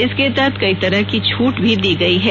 इसके तहत कई तरह की छट भी दी गई है